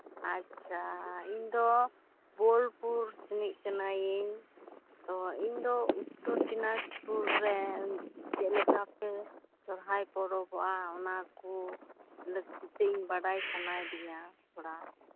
ᱟᱪᱪᱷᱟ ᱤᱧᱫᱚ ᱵᱳᱞᱯᱩᱨ ᱥᱮᱱᱤᱡ ᱠᱟᱱᱟᱭᱤᱧ ᱛᱚ ᱤᱧᱫᱚ ᱩᱛᱛᱚᱨᱫᱤᱱᱟᱡᱯᱩᱨ ᱨᱮ ᱪᱮᱫ ᱞᱮᱠᱟ ᱯᱮ ᱥᱚᱦᱚᱨᱟᱭ ᱯᱚᱨᱚᱵᱚᱜᱼᱟ ᱚᱱᱟ ᱠᱚ ᱞᱟᱹᱠᱛᱤ ᱛᱮ ᱵᱟᱰᱟᱭ ᱥᱟᱱᱟᱭᱤᱫᱤᱧᱟ ᱛᱷᱚᱲᱟ